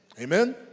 Amen